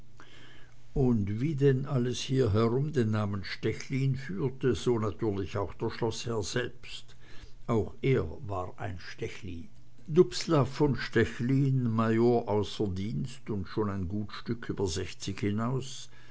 und wie denn alles hier herum den namen stechlin führte so natürlich auch der schloßherr selbst auch er war ein stechlin dubslav von stechlin major a d und schon ein gut stück über sechzig hinaus